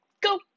go